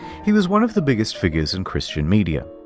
he was one of the biggest figures in christian media.